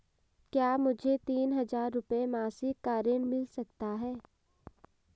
क्या मुझे तीन हज़ार रूपये मासिक का ऋण मिल सकता है?